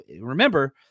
remember